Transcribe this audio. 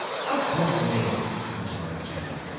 of course it is, retorted jenny.